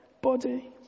body